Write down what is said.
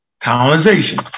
Colonization